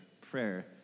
prayer